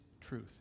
truth